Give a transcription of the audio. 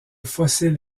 fossile